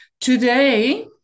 Today